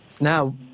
now